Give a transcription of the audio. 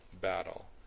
battle